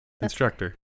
Instructor